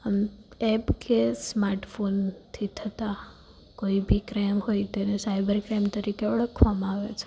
આમ એપ કે સ્માર્ટ ફોનથી થતાં કોઈ બી ક્રાઇમ હોય તેને સાયબર ક્રાઇમ તરીકે ઓળખવામાં આવે છે